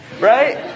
Right